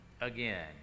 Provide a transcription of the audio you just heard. again